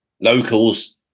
locals